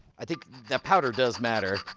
i think the powder does matter.